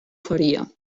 faria